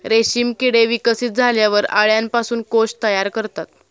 रेशीम किडे विकसित झाल्यावर अळ्यांपासून कोश तयार करतात